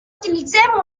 utilitzem